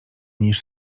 niż